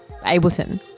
Ableton